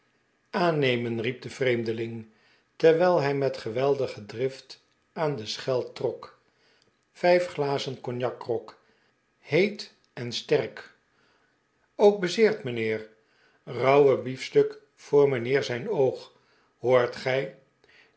aannemenl riep de vreemdeling terwijl hij met geweldige drift aan de schel trok vijf glazen cognacgrog heet en sterk r ook bezeerd mijnheer rauwe biefstuk voor mijnheer zijn oog hoort gij